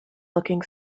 looking